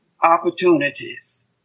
opportunities